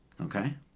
Okay